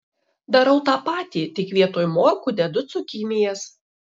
darau tą patį tik vietoj morkų dedu cukinijas